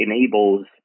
enables